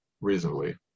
reasonably